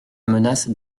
menace